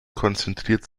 konzentriert